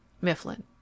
Mifflin